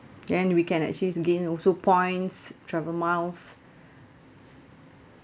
and we can actually gain also points travel miles